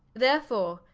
therefore,